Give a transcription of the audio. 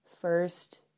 First